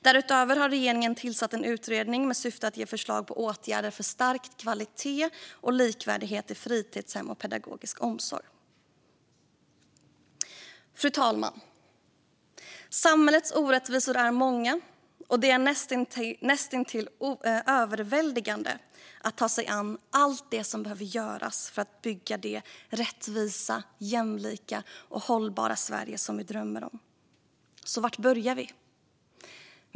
Därutöver har regeringen tillsatt en utredning med syfte att ge förslag på åtgärder för stärkt kvalitet och likvärdighet i fritidshem och pedagogisk omsorg. Fru talman! Samhällets orättvisor är många, och det är näst intill överväldigande att ta sig an allt det som behöver göras för att bygga det rättvisa, jämlika och hållbara Sverige som vi drömmer om. Så var börjar vi?